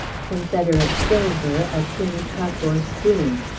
confederate silver, a tin cup or spoon.